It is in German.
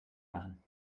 machen